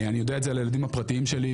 אני יודע את זה על הילדים הפרטיים שלי,